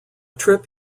trip